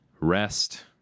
rest